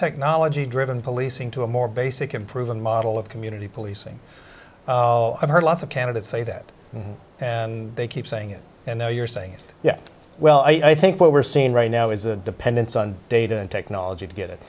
technology driven policing to a more basic and proven model of community policing i've heard lots of candidates say that and they keep saying it and now you're saying yeah well i think what we're seeing right now is a dependence on data and technology to get it